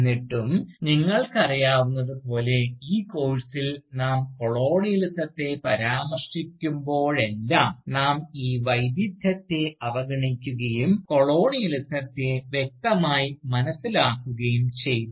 എന്നിട്ടും നിങ്ങൾക്കറിയാവുന്നതുപോലെ ഈ കോഴ്സിൽ നാം കൊളോണിയലിസത്തെ പരാമർശിക്കുമ്പോഴെല്ലാം നമ്മൾ ഈ വൈവിധ്യത്തെ അവഗണിക്കുകയും കൊളോണിയലിസത്തെ വ്യക്തമായി മനസ്സിലാക്കുകയും ചെയ്തു